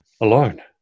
alone